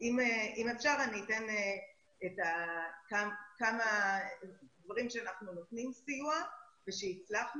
אם אפשר אני אתן כמה דברים שאנחנו נותנים סיוע ושהצלחנו